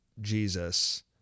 Jesus